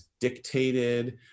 dictated